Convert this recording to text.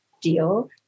deal